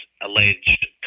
alleged